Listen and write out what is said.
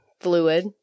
fluid